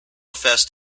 fest